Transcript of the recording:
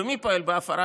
ומי פועל בהפרה?